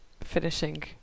finishing